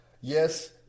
yes